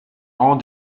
rangs